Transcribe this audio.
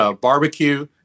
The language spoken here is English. barbecue